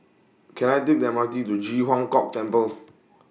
Can I Take The M R T to Ji Huang Kok Temple